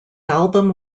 album